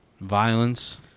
violence